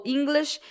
English